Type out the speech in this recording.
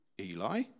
Eli